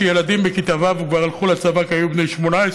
ששם ילדים בכיתה ו' כבר הלכו לצבא כי היו בני 18: